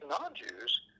non-Jews